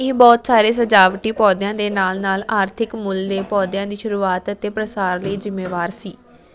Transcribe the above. ਇਹ ਬਹੁਤ ਸਾਰੇ ਸਜਾਵਟੀ ਪੌਦਿਆਂ ਦੇ ਨਾਲ ਨਾਲ ਆਰਥਿਕ ਮੁੱਲ ਦੇ ਪੌਦਿਆਂ ਦੀ ਸ਼ੁਰੂਆਤ ਅਤੇ ਪ੍ਰਸਾਰ ਲਈ ਜ਼ਿੰਮੇਵਾਰ ਸੀ